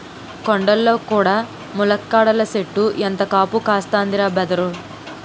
కొండల్లో కూడా ములక్కాడల సెట్టు ఎంత కాపు కాస్తందిరా బదరూ